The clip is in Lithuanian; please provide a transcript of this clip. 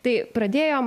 tai pradėjom